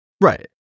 Right